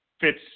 fits